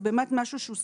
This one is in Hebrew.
זה באמת משהו שהוא ספציפי.